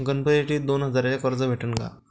गणपतीसाठी दोन हजाराचे कर्ज भेटन का?